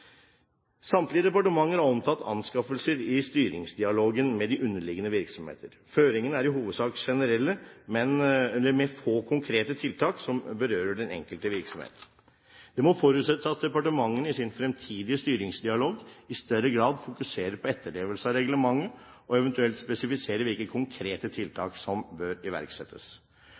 Samtlige departementer har omtalt anskaffelser i styringsdialogen med de underliggende virksomheter. Føringene er i hovedsak generelle med få konkrete tiltak som berører den enkelte virksomhet. Det må forutsettes at departementene i sin fremtidige styringsdialog i større grad fokuserer på etterlevelse av reglementet, og eventuelt spesifiserer hvilke konkrete tiltak som bør iverksettes.